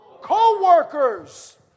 Co-workers